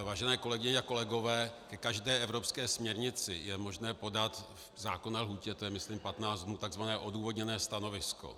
Vážené kolegyně a kolegové, ke každé evropské směrnici je možné podat v zákonné lhůtě, to je myslím 15 dnů, takzvané odůvodněné stanovisko.